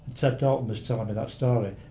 ted dalton was telling me that story.